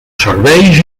serveis